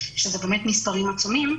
שזה באמת מספרים עצומים,